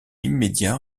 immédiat